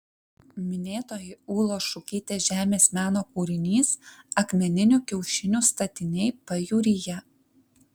minėtoji ūlos šukytės žemės meno kūrinys akmeninių kiaušinių statiniai pajūryje